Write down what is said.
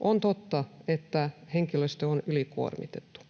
On totta, että henkilöstö on ylikuormitettu,